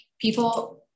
People